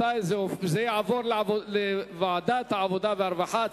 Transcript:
שתועבר לוועדת העבודה והרווחה.